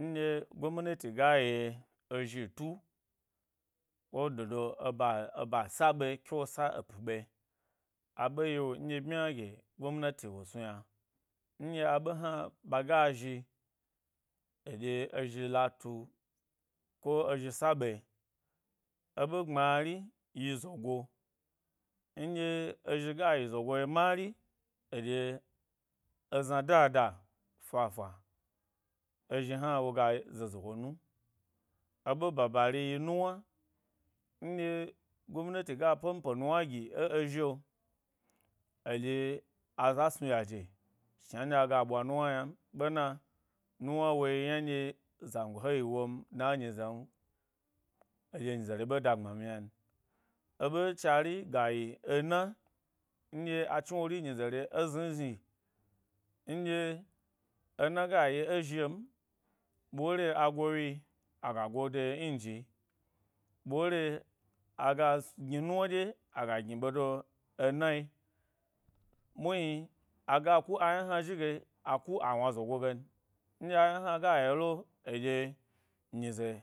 Nɗye gbemnati ga ye ezhi tu ko dodo eba eba sa’ɓe ke wo sa epi ɓe, a ɓe yi’o nɗyi ɓmya gye gomnati wo snu yna, nɗye aɓe hna ɓaga zhi eɗyye ezhi lata ko ezhi saɓe. Eɓe bmari yi zago, nɗye ezhi gayi zogo mari eɗye, ezna dada fa fa ezhi hna woga ze ze wo nu. E ɓe baari yi nuwna; nɗye gomnati ga penpo nuna gi ẻ e zhi’o, edye aza sni yaje shna nɗye aga ɓwa nuwna ynan, ɓena nuwna wo yi yna nɗye zango he yi wo n dna ẻ da gbma m ynan. Eɓe chari gayi ena; nɗye achni wori nyize re ezni zhi nɗye ena ga yi’o, e zhi’o n, ɓore ngo wyi aga go de nji, ɓore aga gni nuwna ɗye ago gni de ena, muhni aga ku a yna hna zhi ge a ku awna zegon gen nɗye a yna hna ga yeo lo, eɗye nyize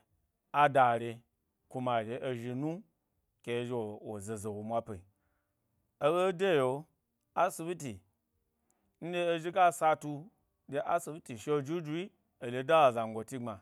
a da re, kuma aɗye ezhi nu ke ezhi wo zeze womwa pi eɓe de yi’o asibiti nɗye ezhi ga satu ɗye asibiti shi’o, jujuyi eɗye da azangoti gbma.